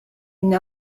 une